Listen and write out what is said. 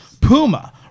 Puma